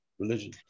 religion